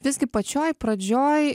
visgi pačioj pradžioj